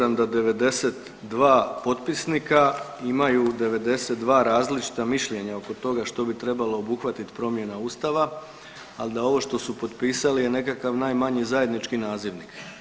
Ja sam siguran da 92 potpisnika imaju 92 različita mišljenja oko toga što bi trebala obuhvatiti promjena Ustava, ali da ovo što su potpisali je nekakav najmanji zajednički nazivnik.